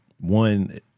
one